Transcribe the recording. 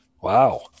wow